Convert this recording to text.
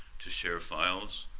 to share files,